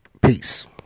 Peace